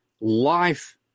Life